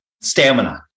stamina